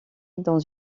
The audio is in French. dans